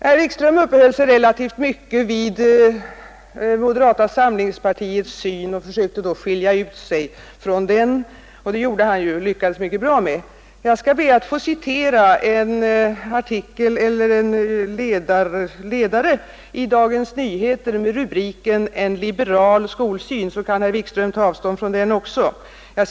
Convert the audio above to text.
Herr Wikström uppehöll sig relativt mycket vid moderata samlingspartiets syn, som han försökte ta avstånd från, och det lyckades han mycket bra med. Jag skall be att få citera ur en ledare i Dagens Nyheter med rubriken ”En liberal skolsyn” för att ge herr Wikström tillfälle att ta avstånd också från den.